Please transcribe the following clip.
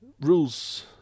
rules